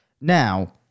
Now